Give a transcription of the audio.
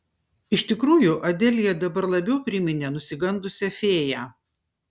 iš tikrųjų adelija dabar labiau priminė nusigandusią fėją